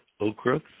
okra